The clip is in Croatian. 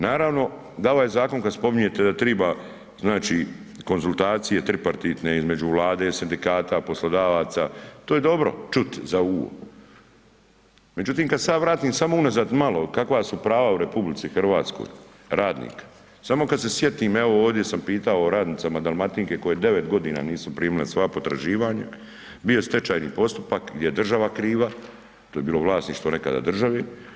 Naravno da ovaj zakon kada spominjete da treba, znači konzultacije tripartitne između Vlade, sindikata, poslodavaca, to je dobro čuti za uho međutim kada se ja vratim samo unazad malo kakva su prava u RH radnika, samo kada se sjetim, evo ovdje sam pitao o radnicama Dalmatinke koje 9 godina nisu primila svoja potraživanja, bio je stečajni postupak gdje je država kriva, to je bilo vlasništvo nekada države.